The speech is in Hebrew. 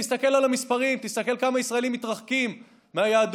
תסתכל על המספרים: תסתכל כמה ישראלים מתרחקים מהיהדות,